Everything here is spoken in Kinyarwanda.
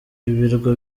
ibirwa